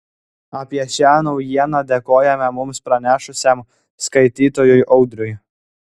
apie šią naujieną dėkojame mums pranešusiam skaitytojui audriui